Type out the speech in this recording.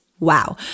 Wow